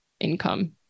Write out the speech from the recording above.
income